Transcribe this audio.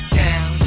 down